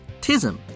Tism